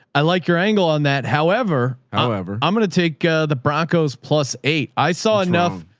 i like your angle on that. however, however, i'm going to take the broncos. plus eight, i saw enough.